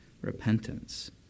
repentance